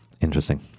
interesting